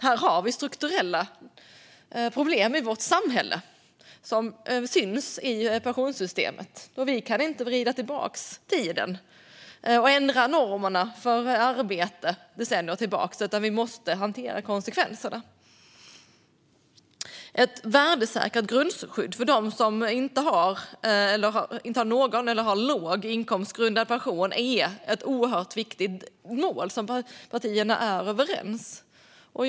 Här har vi strukturella problem i vårt samhälle som syns i pensionssystemet. Och vi kan inte vrida tillbaka tiden och ändra normerna för arbete decennier tillbaka, utan vi måste hantera konsekvenserna. Ett värdesäkert grundskydd för dem som inte har någon eller som har låg inkomstgrundad pension är ett oerhört viktigt mål som partierna är överens om.